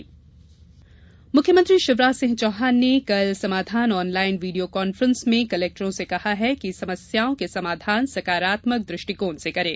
video conference मुख्यमंत्री शिवराज सिंह चौहान ने कल समाधान ऑनलाइन वीडियो कान्फ्रेंस में कलेक्टरों से कहा है कि समस्याओं के समाधान सकारात्मक दृष्टिकोण से करें